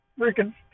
freaking